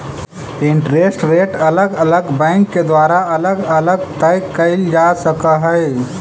interest rate अलग अलग bank के द्वारा अलग अलग तय कईल जा सकऽ हई